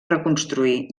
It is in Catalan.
reconstruir